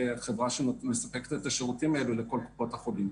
כחברה שמספקת את השירותים האלה לכל קופות החולים.